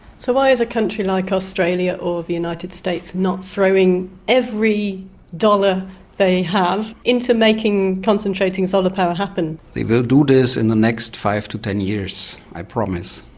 so why is a country like australia or the united states not throwing every dollar they have into making concentrating solar power happen? they will do this is and the next five to ten years, i promise.